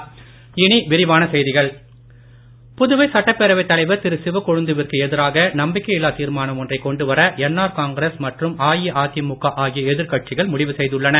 நம்பிக்கையில்லா தீர்மானம் புதுவை சட்டப்பேரவை தலைவர் திரு சிவக்கொழுந்துவிற்கு எதிராக நம்பிக்கையில்லா தீர்மானம் ஒன்றை கொண்டு வர என்ஆர் காங்கிரஸ் மற்றும் அஇஅதிமுக ஆகிய எதிர் கட்சிகள் முடிவு செய்துள்ளன